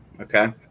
Okay